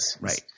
Right